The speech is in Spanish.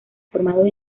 formados